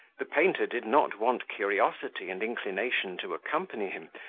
the painter did not want curiosity and inclination to accompany him,